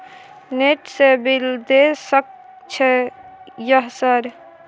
Net से bill देश सक छै यह सर?